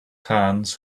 hands